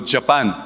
Japan